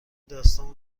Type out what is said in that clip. داستان